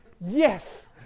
yes